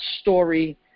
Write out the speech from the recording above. story